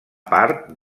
part